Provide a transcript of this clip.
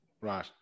Right